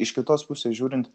iš kitos pusės žiūrint